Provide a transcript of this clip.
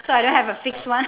so I don't have a fixed one